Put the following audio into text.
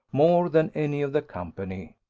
more than any of the company.